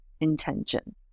intention